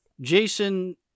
Jason